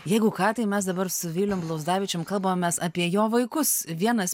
jeigu ką tai mes dabar su vylium blauzdavičium kalbamės apie jo vaikus vienas